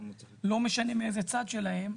לא משנה מאיזה צד שלהם.